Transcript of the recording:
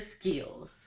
skills